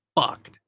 fucked